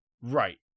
Right